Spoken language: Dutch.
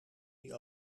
die